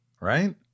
right